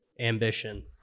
ambition